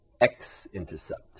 x-intercept